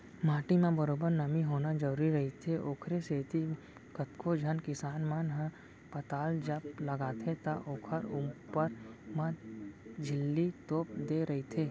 माटी म बरोबर नमी होना जरुरी रहिथे, ओखरे सेती कतको झन किसान मन ह पताल जब लगाथे त ओखर ऊपर म झिल्ली तोप देय रहिथे